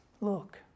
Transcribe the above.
look